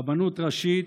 רבנות ראשית,